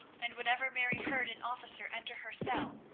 and whenever mary heard an officer enter her cell,